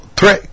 three